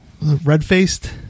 Red-faced